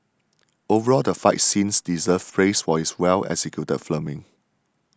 overall the fight scenes deserve praise for its well executed filming